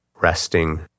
Resting